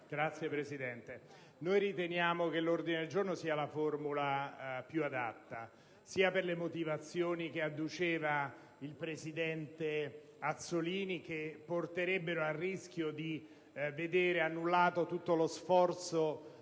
Signor Presidente, riteniamo che l'ordine del giorno sia la formula più adatta, sia per le motivazioni addotte dal presidente Azzollini, che porterebbero al rischio di vedere annullato tutto lo sforzo